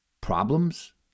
problems